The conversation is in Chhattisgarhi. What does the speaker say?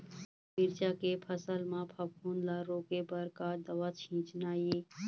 मिरचा के फसल म फफूंद ला रोके बर का दवा सींचना ये?